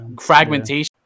fragmentation